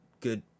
good